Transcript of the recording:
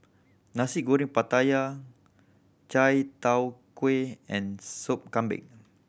Nasi Goreng Pattaya Chai Tow Kuay and Sop Kambing